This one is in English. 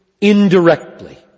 indirectly